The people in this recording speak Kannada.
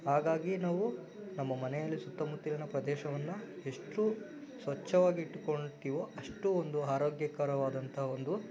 ಹಾಗಾಗಿ ನಾವು ನಮ್ಮ ಮನೆಯಲ್ಲಿ ಸುತ್ತಮುತ್ತಲಿನ ಪ್ರದೇಶವನ್ನು ಎಷ್ಟು ಸ್ವಚ್ಛವಾಗಿಟ್ಕೊಳ್ತೀವೋ ಅಷ್ಟು ಒಂದು ಆರೋಗ್ಯಕರವಾದಂಥ ಒಂದು